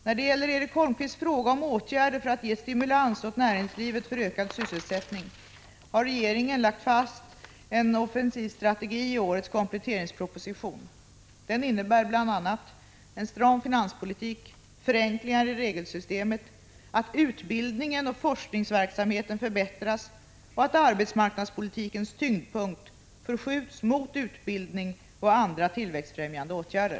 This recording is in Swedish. När det gäller Erik Holmkvists fråga om åtgärder för att ge stimulans åt näringslivet för ökad sysselsättning har regeringen lagt fast en offensiv strategi i årets kompletteringsproposition. Den innebär bl.a. en stram finanspolitik, förenklingar i regelsystem, att utbildningen och forskningsverksamheten förbättras och att arbetsmarknadspolitikens tyngdpunkt förskjuts mot utbildning och andra tillväxtfrämjande åtgärder.